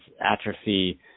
atrophy